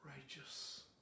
righteous